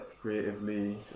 creatively